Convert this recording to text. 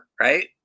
right